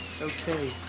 Okay